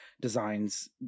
designs